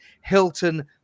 Hilton